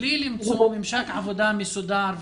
בלי שיהיה ממשק עבודה מסודר,